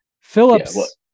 Phillips